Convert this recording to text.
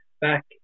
back